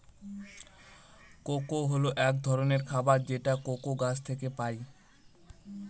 cocoa হল এক ধরনের খাবার যেটা কোকো গাছ থেকে পায়